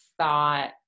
thought